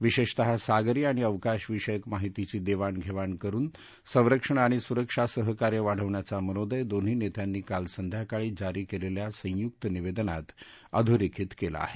विशेषतः सागरी आणि अवकाशविषयक माहितीची देवाण घेवाण करुन संरक्षण आणि सुरक्षा सहकार्य वाढवण्याचा मनोदय दोन्ही नेत्यांनी काल संध्याकाळी जारी केलेल्या संयुक्त निवेदनात अधोरेखित केला आहे